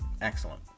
excellent